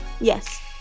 Yes